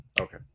Okay